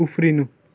उफ्रिनु